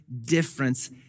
difference